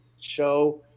show